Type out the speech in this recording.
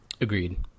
agreed